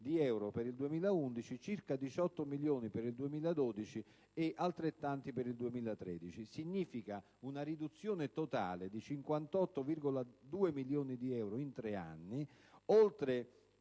di euro per il 2011, circa 18 milioni per il 2012 e altrettanti per il 2013. Su una riduzione totale di 58,2 milioni di euro in tre anni, oltre